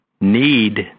need